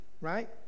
right